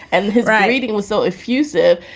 and his writing was so effusive.